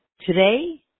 today